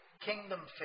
kingdom